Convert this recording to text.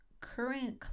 current